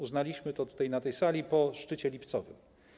Przyznaliśmy to tutaj, na tej sali, po szczycie lipcowym.